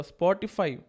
Spotify